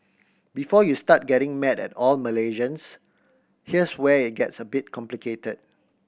before you start getting mad at all Malaysians here's where it gets a bit complicated